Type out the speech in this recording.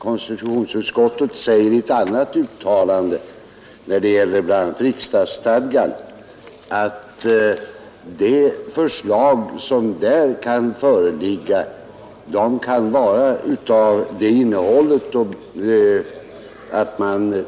Konstitutionsutskottet säger i ett annat uttalande när det gäller bl.a. riksdagsstadgan att det förslag som kommer att föreligga kan vara av det innehållet att man